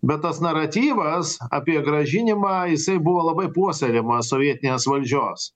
bet tas naratyvas apie grąžinimą jisai buvo labai puoselėjamas sovietinės valdžios